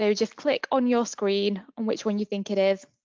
so just click on your screen on which one you think it is.